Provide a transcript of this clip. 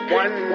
one